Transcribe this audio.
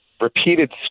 repeated